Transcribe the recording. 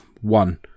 one